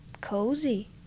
cozy